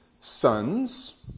sons